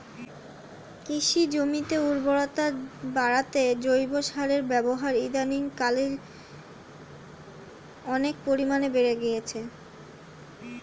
কৃষি জমির উর্বরতা বাড়াতে জৈব সারের ব্যবহার ইদানিংকালে অনেক পরিমাণে বেড়ে গিয়েছে